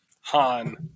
Han